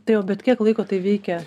tai o bet kiek laiko tai veikė